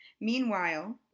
Meanwhile